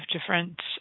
different